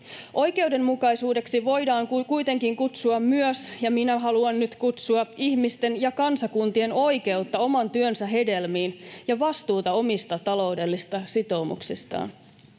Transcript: Oikeudenmukaisuudeksi voidaan kuitenkin kutsua — ja minä haluan nyt kutsua — myös ihmisten ja kansakuntien oikeutta oman työnsä hedelmiin ja vastuuta omista taloudellisista sitoumuksistaan.